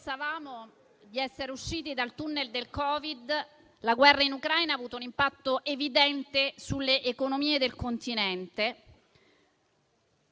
pensavamo di essere usciti dal *tunnel* del Covid, la guerra in Ucraina ha avuto un impatto evidente sulle economie del continente.